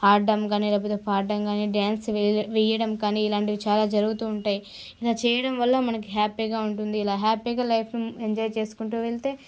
ఆడడం కాని లేకపోతే పాడడం కాని డ్యాన్స్ వేయ వేయడం కాని ఇలాంటివి చాలా జరుగుతూ ఉంటాయి ఇలా చేయడం వల్ల మనకి హ్యాపీగా ఉంటుంది ఇలా హ్యాపీగా లైఫ్ని ఎంజాయ్ చేసుకుంటూ వెళితే